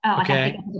okay